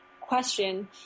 question